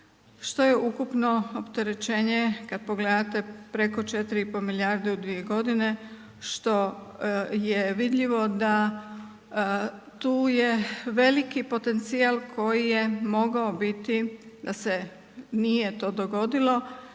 što je ukupno opterećenje kad pogledate preko 4,5 milijarde u 2 godine što je vidljivo da tu je veliki potencijal koji je mogao biti da se nije to dogodilo,